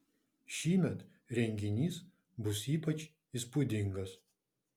šįmet renginys bus ypač įspūdingas